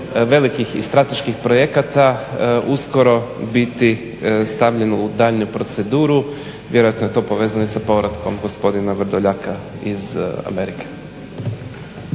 velikih i strateških projekata uskoro biti stavljen u daljnju proceduru. Vjerojatno je to povezano i sa povratkom gospodina Vrdoljaka iz Amerike.